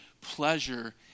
pleasure